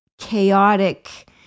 chaotic